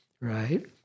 right